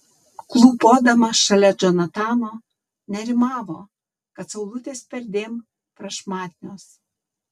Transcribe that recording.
klūpodama šalia džonatano nerimavo kad saulutės perdėm prašmatnios